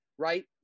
Right